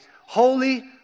holy